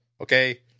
Okay